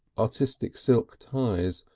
artistic silk ties,